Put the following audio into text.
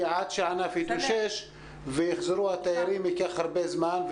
כי עד שהענף התאושש ויחזרו התיירים ייקח הרבה זמן,